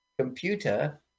Computer